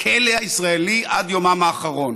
הכלא הישראלי, עד יומם האחרון.